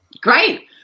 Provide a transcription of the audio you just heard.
Great